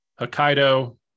Hokkaido